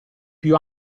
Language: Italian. più